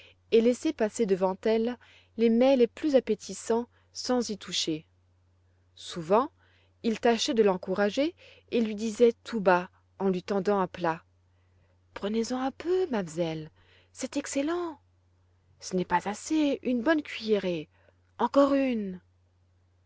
et laisser passer devant elle les mets les plus appétissants sans y toucher souvent il tâchait de l'encourager et lui disait tout bas en lui tendant un plat prenez-en un peu mamselle c'est excellent ce n'est pas assez une bonne cuillerée encore une